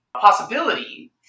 possibility